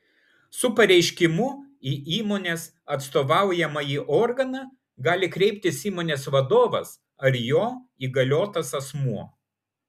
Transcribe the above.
su pareiškimu į įmonės atstovaujamąjį organą gali kreiptis įmonės vadovas ar jo įgaliotas asmuo